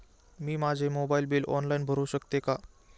मी माझे mobile bill online भरू शकते का?